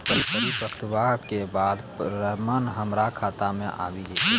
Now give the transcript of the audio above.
परिपक्वता के बाद रकम हमरा खाता मे आबी जेतै?